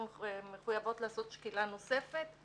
הן מחויבות לעשות שקילה נוספת,